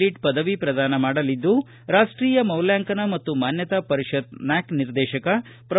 lit ಪದವಿ ಪ್ರದಾನ ಮಾಡಲಿದ್ದು ರಾಷ್ಷೀಯ ಮೌಲ್ಕಾಂಕನ ಮತ್ತು ಮಾನ್ಯತಾ ಪರಿಷತ್ ನ್ಕಾಕ್ ನಿರ್ದೇಶಕ ಪ್ರೊ